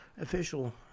Official